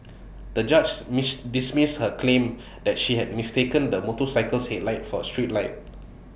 the judge's miss dismissed her claim that she had mistaken the motorcycle's headlight for A street light